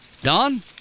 Don